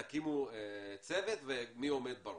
תקימו צוות ומי עומד בראש,